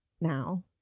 now